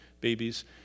babies